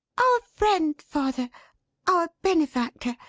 our friend, father our benefactor.